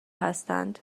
هستند